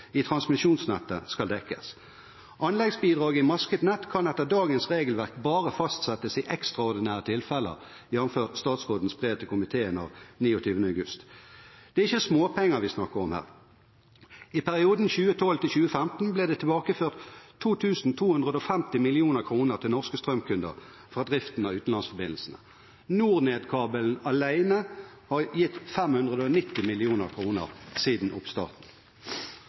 i transmisjonsnettet, skal dekkes. Anleggsbidraget i masket nett kan etter dagens regelverk bare fastsettes i ekstraordinære tilfeller, jf. statsrådens brev til komiteen av 29. august. Det er ikke småpenger vi snakker om her. I perioden 2012–2015 ble det tilbakeført 2 250 mill. kr til norske strømkunder fra driften av utenlandsforbindelsene. NorNed-kabelen alene har gitt 590 mill. kr siden oppstarten.